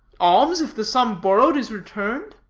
alms, if the sum borrowed is returned?